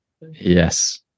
yes